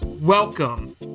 welcome